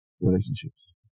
relationships